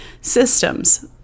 systems